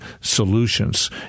solutions